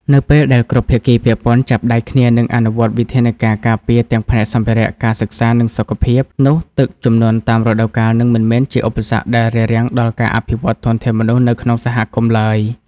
នៅពេលដែលគ្រប់ភាគីពាក់ព័ន្ធចាប់ដៃគ្នា និងអនុវត្តវិធានការការពារទាំងផ្នែកសម្ភារៈ ការសិក្សា និងសុខភាព នោះទឹកជំនន់តាមរដូវកាលនឹងមិនមែនជាឧបសគ្គដែលរារាំងដល់ការអភិវឌ្ឍធនធានមនុស្សនៅក្នុងសហគមន៍ឡើយ។